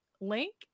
link